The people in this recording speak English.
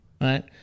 right